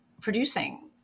producing